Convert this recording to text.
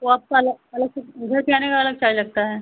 तो आपका अलग अलग से घर जाने में अलग चार्ज लगता है